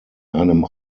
einem